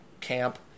camp